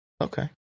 Okay